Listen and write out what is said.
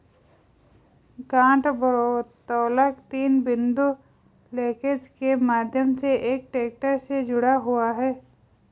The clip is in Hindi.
गांठ भारोत्तोलक तीन बिंदु लिंकेज के माध्यम से एक ट्रैक्टर से जुड़ा हुआ है